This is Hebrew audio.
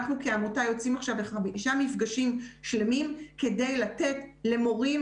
אנחנו כעמותה יוצאים עכשיו בחמישה מפגשים שלמים כדי לתת למורים